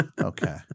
Okay